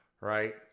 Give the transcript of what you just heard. right